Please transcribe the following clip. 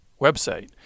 website